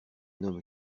homme